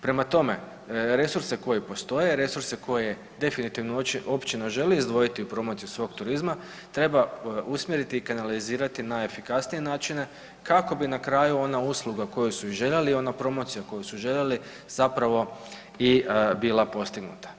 Prema tome resurse koji postoje, resurse koje definitivno općina želi izdvojiti u promociju svog turizma treba usmjeriti i kanalizirati na efikasnije načine kako bi na kraju ona usluga koju su i željeli, ona promocija koju su željeli zapravo i bila postignuta.